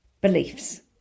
beliefs